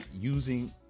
using